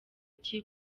iki